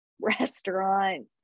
restaurant